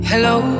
Hello